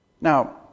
Now